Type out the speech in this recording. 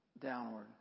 Downward